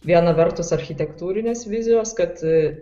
viena vertus architektūrinės vizijos kad